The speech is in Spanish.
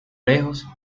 lejos